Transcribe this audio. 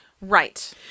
right